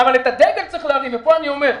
את הדגל צריך להרים, ופה אני אומר,